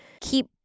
keep